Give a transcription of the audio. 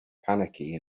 panicky